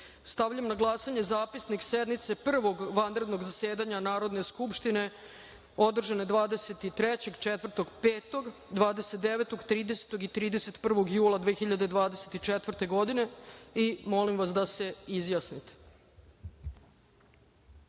na glasanje Zapisnik sednice Prvog vanrednog zasedanja Narodne skupštine, održane 23, 24, 25, 29, 30. i 31. jula 2024. godine. Molim vas da se